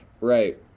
Right